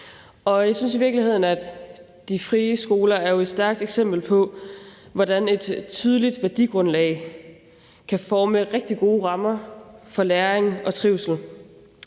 Jeg synes jo i virkeligheden, at de frie skoler er et stærkt eksempel på, hvordan et tydeligt værdigrundlag kan danne rigtig gode rammer for læring og trivsel.